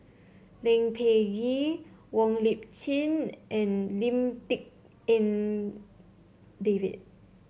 Peh Gee Wong Lip Chin and Lim Tik En David